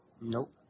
Nope